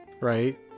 right